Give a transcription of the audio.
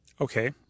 Okay